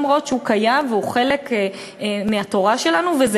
אף שהוא קיים והוא חלק מהתורה שלנו וזה